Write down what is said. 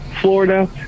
Florida